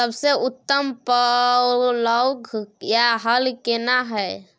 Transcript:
सबसे उत्तम पलौघ या हल केना हय?